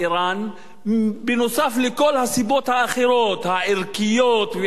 נוסף על כל הסיבות האחרות הערכיות והמדיניות,